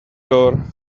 door